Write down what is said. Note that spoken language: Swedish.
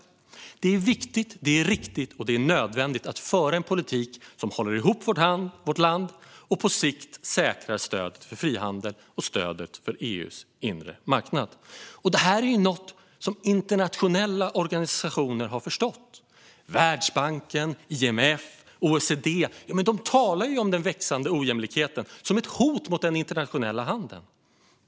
Det är viktigt, det är riktigt och det är nödvändigt att föra en politik som håller ihop vårt land och på sikt säkrar stödet för frihandel och stödet för EU:s inre marknad. Detta är något som internationella organisationer har förstått. Världsbanken, IMF och OECD talar om den växande ojämlikheten som ett hot mot den internationella handeln.